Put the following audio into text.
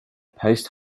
post